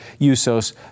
USOS